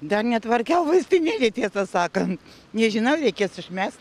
dar netvarkiau vaistinėlę tiesą sakan nežinau reikės išmest